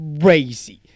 Crazy